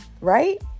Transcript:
Right